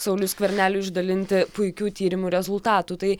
sauliui skverneliui išdalinti puikių tyrimų rezultatų tai